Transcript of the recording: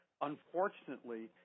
unfortunately